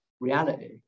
reality